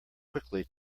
quickly